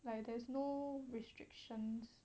like there's no restrictions